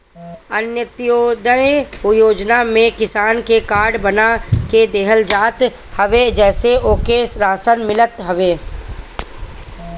अन्त्योदय योजना में किसान के कार्ड बना के देहल जात हवे जेसे ओके राशन मिलत हवे